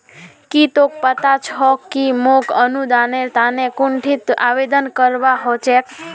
की तोक पता छोक कि मोक अनुदानेर तने कुंठिन आवेदन करवा हो छेक